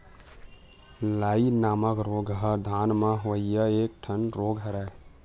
लाई नामक रोग ह धान म होवइया एक ठन रोग हरय